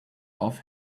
off